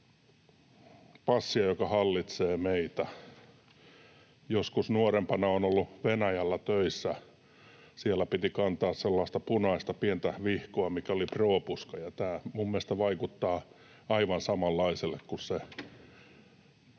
passia, joka hallitsee meitä. Joskus nuorempana olen ollut Venäjällä töissä. Siellä piti kantaa sellaista punaista pientä vihkoa, mikä oli propuska, ja tämä minun mielestäni vaikuttaa aivan samanlaiselle kuin se